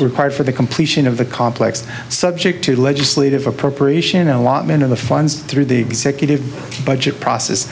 required for the completion of the complex subject to legislative appropriation allotment of the funds through the executive budget process